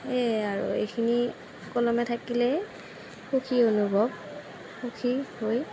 সেয়াই আৰু এইখিনি সুকলমে থাকিলে সুখী অনুভৱ সুখী হৈ